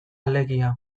alegia